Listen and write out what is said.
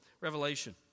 revelation